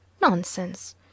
Nonsense